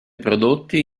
prodotti